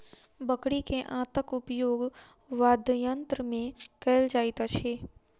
बकरी के आंतक उपयोग वाद्ययंत्र मे कयल जाइत अछि